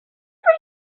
every